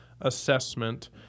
assessment